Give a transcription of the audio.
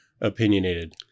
opinionated